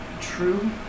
true